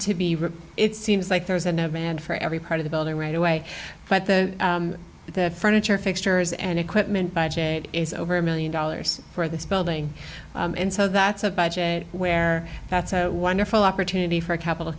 to be it seems like there's a man for every part of the building right away but the furniture fixtures and equipment is over a million dollars for this building and so that's a budget where that's a wonderful opportunity for a capital